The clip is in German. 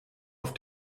auf